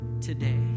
today